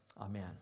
Amen